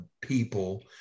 people